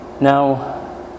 Now